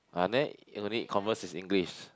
ah only converse is English